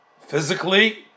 physically